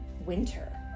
Winter